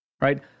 Right